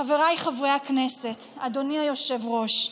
חבריי חברי הכנסת, אדוני היושב-ראש,